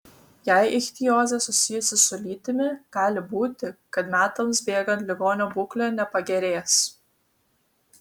jei ichtiozė susijusi su lytimi gali būti kad metams bėgant ligonio būklė nepagerės